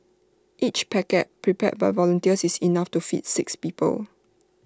each packet prepared by volunteers is enough to feed six people